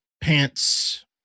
pants